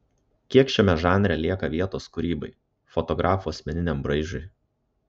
kiek šiame žanre lieka vietos kūrybai fotografo asmeniniam braižui